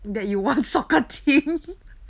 that you want soccer team